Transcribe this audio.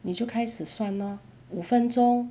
你就开始算 lor 五分钟